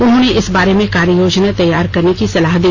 उन्होंने इस बारे कार्य योजना तैयार करने की सलाह दी